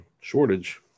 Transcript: shortage